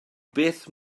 beth